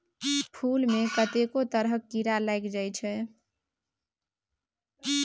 फुल मे कतेको तरहक कीरा लागि जाइ छै